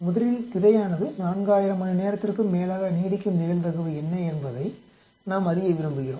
முதலில் திரையானது 4000 மணி நேரத்திற்கும் மேலாக நீடிக்கும் நிகழ்தகவு என்ன என்பதை நாம் அறிய விரும்புகிறோம்